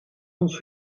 ons